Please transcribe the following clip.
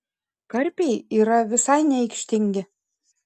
karpiai yra visai neaikštingi